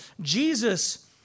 Jesus